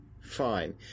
fine